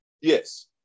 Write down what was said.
Yes